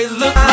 look